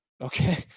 Okay